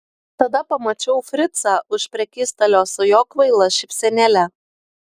tada pamačiau fricą už prekystalio su jo kvaila šypsenėle